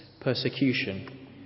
persecution